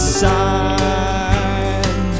side